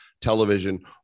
television